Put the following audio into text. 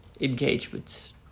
engagement